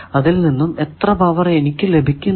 അതിൽ നിന്നും എത്ര പവർ എനിക്ക് ലഭിക്കുന്നില്ല